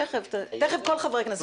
כן, תיכף כל חברי הכנסת